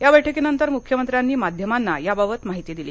या बैठकीनंतर मुख्यमंत्र्यांनी माध्यमांना याबाबत माहिती दिली